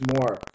more